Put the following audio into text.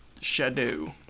Shadow